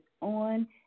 on